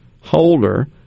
holder